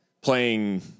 playing